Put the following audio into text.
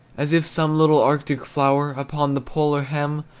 as if some little arctic flower, upon the polar hem,